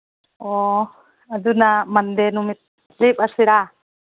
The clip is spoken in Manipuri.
ꯑꯣ ꯑꯗꯨꯅ ꯃꯟꯗꯦ ꯅꯨꯃꯤꯠ ꯂꯦꯞꯂꯁꯤꯔꯥ